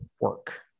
work